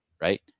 right